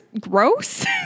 gross